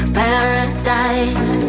paradise